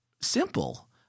simple